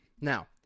Now